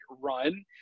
run